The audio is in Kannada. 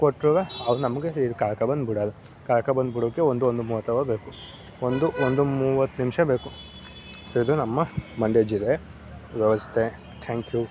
ಕೊಟ್ರುವೆ ಅವ್ರು ನಮಗೆ ಇಲ್ಲಿ ಕರ್ಕೊಂಡ್ಬಂದು ಬಿಡೋಲ್ಲ ಕರ್ಕೊಂಡ್ಬಂದು ಬಿಡೋಕೆ ಒಂದು ಒಂದು ಮೂವತ್ತು ಅವರ್ ಬೇಕು ಒಂದು ಒಂದು ಮೂವತ್ತು ನಿಮಿಷ ಬೇಕು ಇದು ನಮ್ಮ ಮಂಡ್ಯ ಜಿಲ್ಲೆಯ ವ್ಯವಸ್ಥೆ ಥ್ಯಾಂಕ್ ಯು